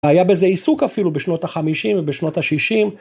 היה בזה עיסוק אפילו בשנות ה-50 ובשנות ה-60.